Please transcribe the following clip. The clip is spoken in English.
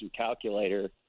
calculator